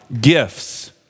gifts